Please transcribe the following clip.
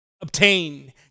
obtain